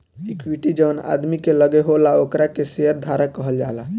equity जवन आदमी के लगे होला ओकरा के शेयर धारक कहल जाला